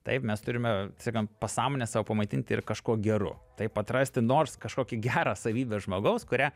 taip mes turime taip sakant pasąmonę savo pamaitinti ir kažkuo geru taip atrasti nors kažkokį gerą savybę žmogaus kurią